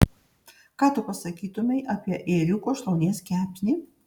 ką tu pasakytumei apie ėriuko šlaunies kepsnį